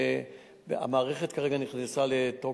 המערכת כרגע נכנסה לתוקף,